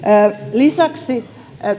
lisäksi